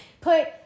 put